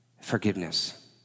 forgiveness